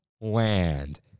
land